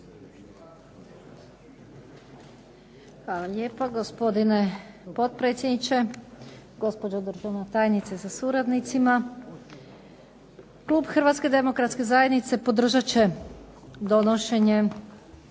Hvala lijepo gospodine potpredsjedniče, gospođo državna tajnice sa suradnicima. Klub Hrvatske demokratske zajednice podržat će donošenje,